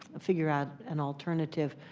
figure out an alternative,